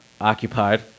occupied